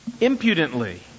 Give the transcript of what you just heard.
impudently